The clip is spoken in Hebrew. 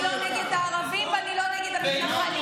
אני לא נגד הערבים ואני לא נגד המתנחלים.